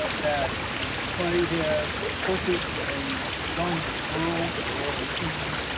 ah that clay had purchased a young girl, girl in her teens,